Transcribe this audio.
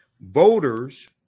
voters